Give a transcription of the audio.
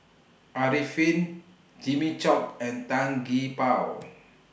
Arifin Jimmy Chok and Tan Gee Paw